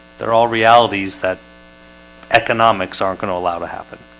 they're all realities that economics aren't going to allow to happen.